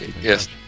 Yes